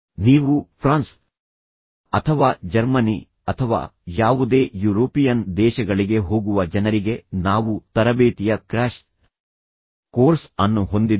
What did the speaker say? ನೀವು ಫ್ರಾನ್ಸ್ ಅಥವಾ ಜರ್ಮನಿ ಅಥವಾ ಯಾವುದೇ ಯುರೋಪಿಯನ್ ದೇಶಗಳಿಗೆ ಹೋಗುವ ಜನರಿಗೆ ನಾವು ತರಬೇತಿಯ ಕ್ರ್ಯಾಶ್ ಕೋರ್ಸ್ ಅನ್ನು ಹೊಂದಿದ್ದೇವೆ